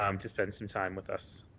um to spend some time with us.